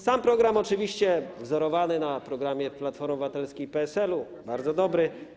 Sam program, oczywiście wzorowany na programie Platformy Obywatelskiej i PSL-u, jest bardzo dobry.